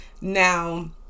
Now